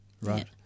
Right